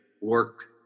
work